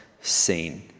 seen